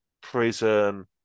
prison